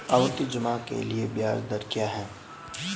आवर्ती जमा के लिए ब्याज दर क्या है?